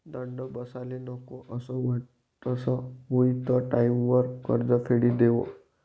दंड बसाले नको असं वाटस हुयी त टाईमवर कर्ज फेडी देवो